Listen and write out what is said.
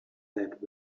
that